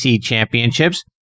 championships